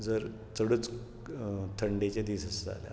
जर चडूच थंडेचे दीस आसा जाल्यार